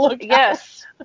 Yes